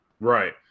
Right